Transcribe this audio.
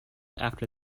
after